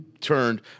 turned